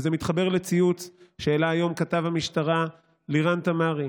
וזה מתחבר לציוץ שהעלה היום כתב המשטרה לירן תמרי.